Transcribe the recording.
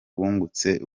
bungutse